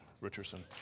Richardson